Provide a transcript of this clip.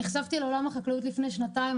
נחשפתי לעולם החקלאות לפני שנתיים.